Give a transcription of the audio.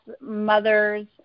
mothers